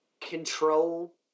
control